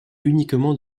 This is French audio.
uniquement